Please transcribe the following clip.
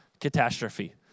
catastrophe